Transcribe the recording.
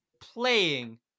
playing